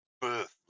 birth